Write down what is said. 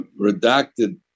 redacted